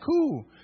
cool